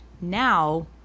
Now